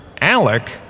Alec